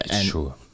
sure